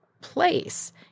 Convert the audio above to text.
place